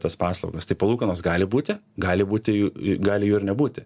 tas paslaugas tai palūkanos gali būti gali būti jų gali jų ir nebūti